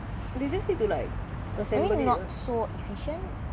but they already make [what] they just need to like